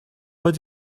what